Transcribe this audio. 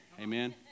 Amen